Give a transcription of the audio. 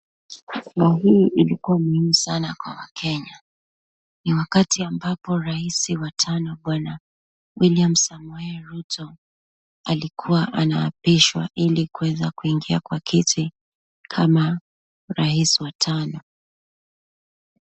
ilikuwa ngumu sana kwa wakenya, niwakati rais wa tano bwana William Samoi Ruto alikuwa anaapishwa ilikuweza kuingia kwa kiti kama rais wa tano.